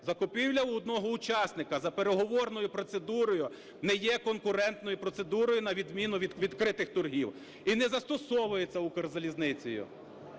закупівля у одного учасника за переговорною процедурою не є конкурентною процедурою, на відміну від відкритих торгів, і не застосовується "Укрзалізницею".